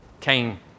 came